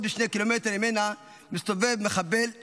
מ-2 קילומטר ממנה מסתובב מחבל חיזבאללה,